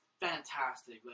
fantastic